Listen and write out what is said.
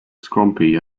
scrumpy